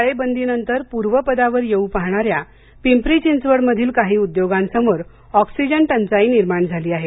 टाळेबंदीनंतर पूर्वपदावर येऊ पाहणाऱ्या पिंपरी चिंचवडमधील काही उद्योगांसमोर ऑक्सीजन टंचाई निर्माण झाली आहे